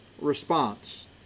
response